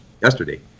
yesterday